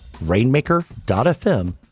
rainmaker.fm